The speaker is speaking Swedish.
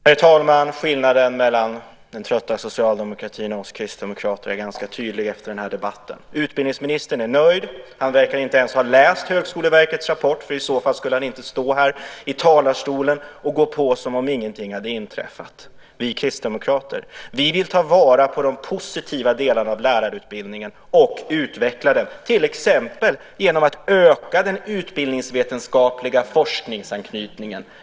Herr talman! Skillnaden mellan den trötta socialdemokratin och oss kristdemokrater är ganska tydlig efter den här debatten. Utbildningsministern är nöjd. Han verkar inte ens ha läst Högskoleverkets rapport. I så fall skulle han inte stå här i talarstolen och gå på som om ingenting hade inträffat. Vi kristdemokrater vill ta vara på de positiva delarna av lärarutbildningen och utveckla dem, till exempel genom att öka den utbildningsvetenskapliga forskningsanknytningen.